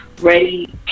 ready